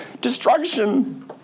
Destruction